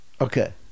okay